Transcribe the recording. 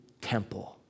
temple